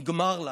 נגמר לה.